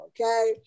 okay